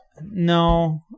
No